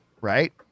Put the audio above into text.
right